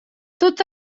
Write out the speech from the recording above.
tot